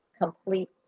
complete